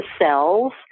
cells